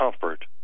comfort